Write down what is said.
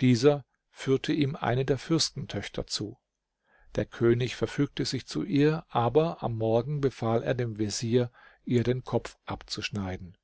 dieser führte ihm eine der fürstentöchter zu der könig verfügte sich zu ihr aber am morgen befahl er dem vezier ihr den kopf abzuschneiden